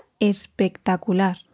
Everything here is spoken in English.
espectacular